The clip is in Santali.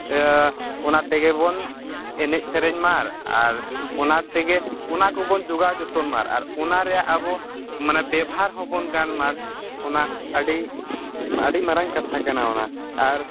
ᱚᱱᱟ ᱛᱮᱜᱮᱵᱚᱱ ᱥᱮᱱᱮᱡ ᱥᱮᱨᱮᱧ ᱢᱟ ᱟᱨ ᱚᱱᱟ ᱛᱮᱜᱮ ᱚᱱᱟ ᱠᱚᱵᱚᱱ ᱡᱚᱜᱟᱣ ᱡᱚᱛᱚᱱᱢᱟ ᱟᱨ ᱚᱱᱟ ᱨᱮᱭᱟᱜ ᱟᱵᱚ ᱢᱟᱱᱮ ᱵᱮᱵᱷᱟᱨ ᱦᱚᱸᱵᱚᱱ ᱜᱟᱱᱢᱟ ᱚᱱᱟ ᱟᱹᱰᱤ ᱟᱹᱰᱤ ᱢᱟᱨᱟᱝ ᱠᱟᱛᱷᱟ ᱠᱟᱱᱟ ᱚᱱᱟ ᱟᱨ